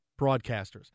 broadcasters